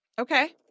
Okay